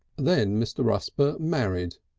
then mr. rusper married,